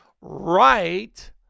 right